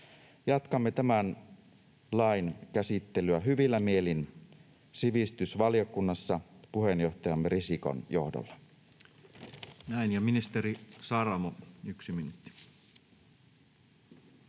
Jatkamme tämän lain käsittelyä hyvillä mielin sivistysvaliokunnassa puheenjohtajamme Risikon johdolla.